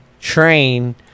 train